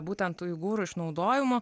būtent uigūrų išnaudojimu